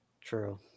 True